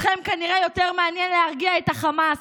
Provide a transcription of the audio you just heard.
אתכם כנראה יותר מעניין להרגיע את החמאס.